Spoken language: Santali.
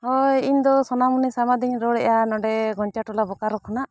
ᱦᱳᱭ ᱤᱧ ᱫᱚ ᱥᱳᱱᱟᱢᱩᱱᱤ ᱥᱟᱢᱟᱫᱤᱧ ᱨᱚᱲᱮᱜᱼᱟ ᱱᱚᱰᱮ ᱜᱷᱳᱧᱪᱟ ᱴᱚᱞᱟ ᱵᱚᱠᱟᱨᱳ ᱠᱷᱚᱱᱟᱜ